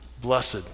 Blessed